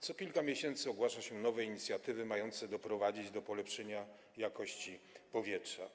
Co kilka miesięcy ogłasza się nowe inicjatywy mające doprowadzić do polepszenia jakości powietrza.